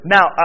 Now